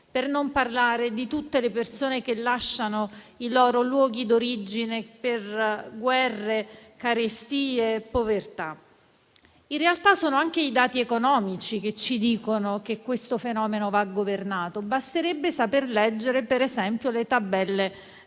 per non parlare di tutte le persone che lasciano i loro luoghi d'origine per guerre, carestie e povertà. In realtà, sono anche i dati economici che ci dicono che questo fenomeno va governato. Basterebbe saper leggere, per esempio, le tabelle del